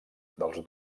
dels